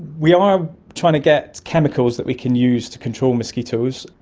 we are trying to get chemicals that we can use to control mosquitoes.